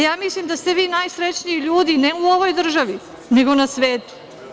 Ja mislim da ste vi najsrećniji ljudi ne u ovoj državi nego na svetu.